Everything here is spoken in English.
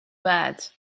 bad